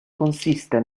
consiste